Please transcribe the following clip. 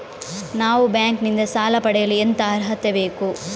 ನಾವು ಬ್ಯಾಂಕ್ ನಿಂದ ಸಾಲ ಪಡೆಯಲು ಎಂತ ಅರ್ಹತೆ ಬೇಕು?